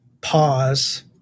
pause